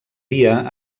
dia